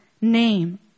name